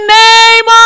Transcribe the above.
name